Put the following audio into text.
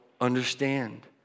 understand